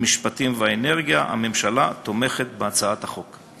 המשפטים והאנרגיה, הממשלה תומכת בהצעת החוק.